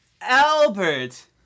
Albert